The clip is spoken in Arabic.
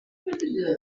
هنا